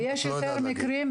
יש יותר מקרים.